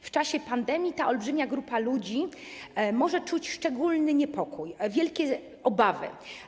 W czasie pandemii ta olbrzymia grupa ludzi może czuć szczególny niepokój, mieć wielkie obawy.